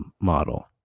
model